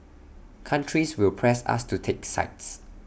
countries will press us to take sides